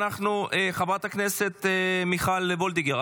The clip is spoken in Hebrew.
חברת הכנסת מיכל וולדיגר,